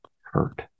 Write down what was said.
hurt